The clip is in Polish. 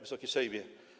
Wysoki Sejmie!